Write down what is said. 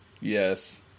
Yes